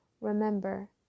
Remember